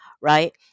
right